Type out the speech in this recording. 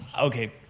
okay